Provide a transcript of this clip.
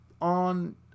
On